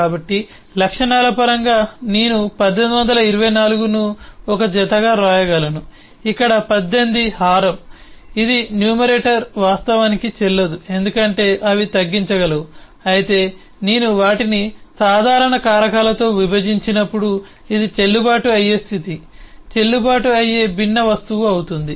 కాబట్టి లక్షణాల పరంగా నేను 1824 ను ఒక జతగా వ్రాయగలను ఇక్కడ 18 హారం ఇది న్యూమరేటర్ వాస్తవానికి చెల్లదు ఎందుకంటే అవి తగ్గించగలవు అయితే నేను వాటిని సాధారణ కారకాలతో విభజించినప్పుడు ఇది చెల్లుబాటు అయ్యే స్థితి చెల్లుబాటు అయ్యే భిన్న వస్తువు అవుతుంది